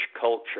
culture